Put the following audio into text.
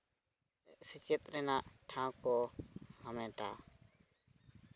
ᱥᱮᱪᱮᱫ ᱨᱮᱱᱟᱜ ᱴᱷᱟᱶ ᱠᱚ ᱦᱟᱢᱮᱴᱟ